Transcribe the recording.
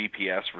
GPS